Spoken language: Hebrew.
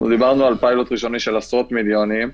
דיברנו על פיילוט ראשוני של עשרות מיליונים.